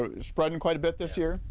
it's spreading quite a bit this year.